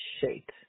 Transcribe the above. shape